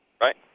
Right